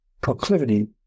proclivity